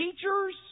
teachers